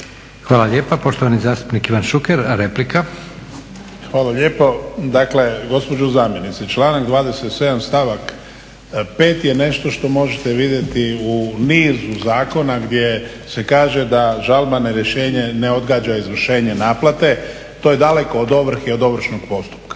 Hvala lijepa. Poštovani zastupnik Ivan Šuker, replika. **Šuker, Ivan (HDZ)** Hvala lijepo. Dakle, gospođo zamjenice, članak 27. stavak 5. je nešto što možete vidjeti u nizu zakona gdje se kaže da žalba na rješenje ne odgađa izvršenje naplate, to je daleko od ovrhe i ovršnog postupka.